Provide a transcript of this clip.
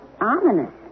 Ominous